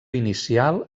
inicial